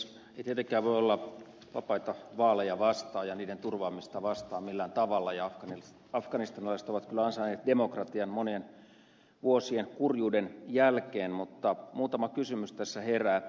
ei tietenkään voi olla vapaita vaaleja vastaan ja niiden turvaamista vastaan millään tavalla ja afganistanilaiset ovat kyllä ansainneet demokratian monien vuosien kurjuuden jälkeen mutta muutama kysymys tässä herää